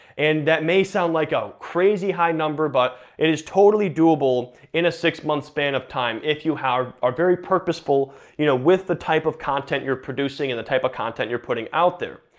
and that may sound like a crazy high number but it is totally doable in a six month span of time, if you are very purposeful you know with the type of content you're producing, and the type of content you're putting out there.